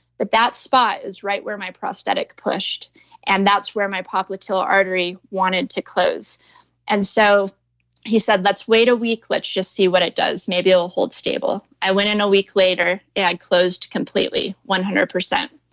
but that spot is right where my prosthetic pushed and that's where my popliteal artery wanted to close and so he said, let's wait a week. let's just see what it does. maybe it will hold stable, i went in a week later, it had closed completely one hundred percent.